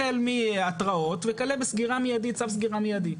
החל מהתראות וכלה בצו סגירה מידי.